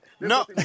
No